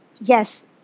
yes